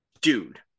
dude